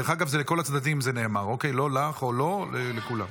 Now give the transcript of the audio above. דרך אגב, זה נאמר לכל הצדדים, לא לך או לו, לכולם.